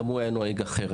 גם הוא היה נוהג אחרת.